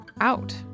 out